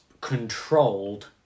controlled